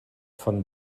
von